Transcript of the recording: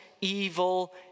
evil